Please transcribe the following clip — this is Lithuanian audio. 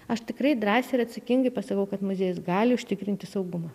aš tikrai drąsiai ir atsakingai pasakau kad muziejus gali užtikrinti saugumą